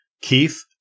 Keith